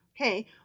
Okay